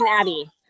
Abby